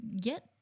get